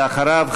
ואחריו,